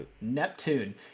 neptune